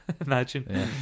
Imagine